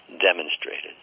demonstrated